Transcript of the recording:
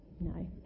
no